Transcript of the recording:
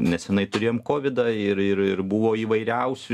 nesenai turėjom kovidą ir ir ir buvo įvairiausių